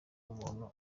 umuntu